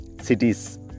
cities